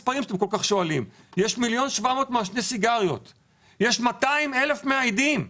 יש מיליון 700 מעשני סיגריות ו-200,000 מאיידים.